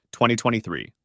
2023